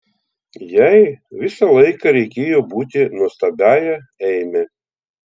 jai visą laiką reikėjo būti nuostabiąja eime